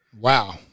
Wow